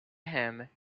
him